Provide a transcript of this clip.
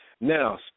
Now